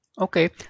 Okay